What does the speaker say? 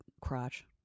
crotch